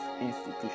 institution